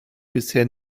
bisher